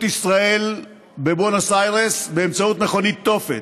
ישראל בבואנוס איירס באמצעות מכונית תופת,